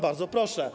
Bardzo proszę.